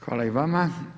Hvala i vama.